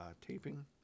taping